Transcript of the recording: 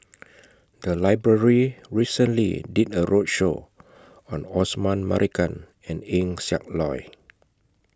The Library recently did A roadshow on Osman Merican and Eng Siak Loy